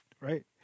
right